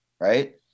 right